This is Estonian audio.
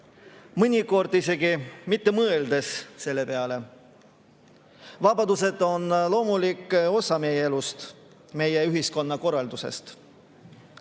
mõnikord isegi selle peale mitte mõeldes. Vabadused on loomulik osa meie elust, meie ühiskonnakorraldusest,